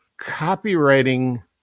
copywriting